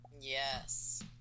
Yes